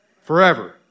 Forever